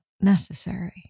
necessary